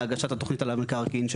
אלא ללכת על הדברים המהותיים.